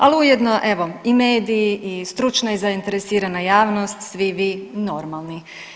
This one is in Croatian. Ali ujedno evo i mediji i stručna i zainteresirana javnost svi vi normalni.